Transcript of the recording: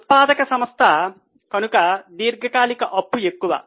ఉత్పాదక సంస్థ కనుక దీర్ఘకాలిక అప్పు ఎక్కువ